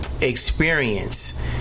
experience